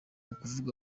ukuvuga